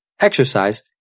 exercise